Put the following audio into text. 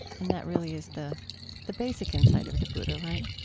and that really is the the basic insight of the buddha, right?